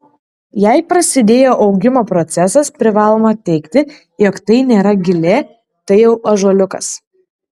jei prasidėjo augimo procesas privalome teigti jog tai nėra gilė tai jau ąžuoliukas